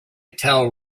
tell